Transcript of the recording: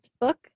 book